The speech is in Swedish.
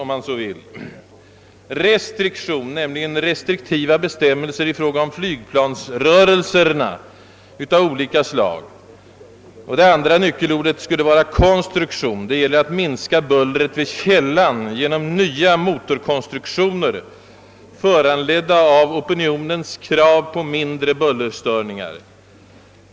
Det första är restriktion — restriktiva bestämmelser i fråga om flygplansrörelser av olika slag, där man kunde ingå på en vidlyftig detaljdiskussion. Det andra nyckelordet är konstruktion — det gäller att minska »bullret vid källan» genom nya motorkonstruktioner, föranledda eller »frampressade» av opinionens krav på mindre bullerstörningar.